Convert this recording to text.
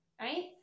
right